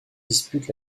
dispute